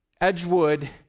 Edgewood